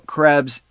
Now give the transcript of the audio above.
Krebs